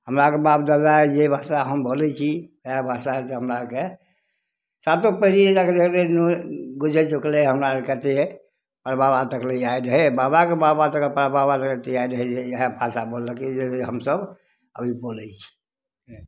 हमरा आरके बाप दादा जे भाषा हम बोलै छी इएह भाषा हमरा आरके सातो पीढ़ी अय जाके गुजरि चुकलै हमरा आरके अथी हइ हमर बाबा तकले यादि हइ बाबाके बाबा तक परबाबा तक यादि हइ इएह भाषा बोललकै जे हमसब अभी बोलै छी हँ